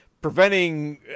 preventing